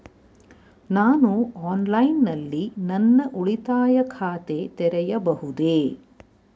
ನಾನು ಆನ್ಲೈನ್ ನಲ್ಲಿ ನನ್ನ ಉಳಿತಾಯ ಖಾತೆ ತೆರೆಯಬಹುದೇ?